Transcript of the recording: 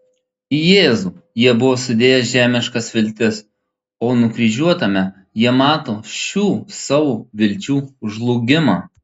į jėzų jie buvo sudėję žemiškas viltis o nukryžiuotame jie mato šių savo vilčių žlugimą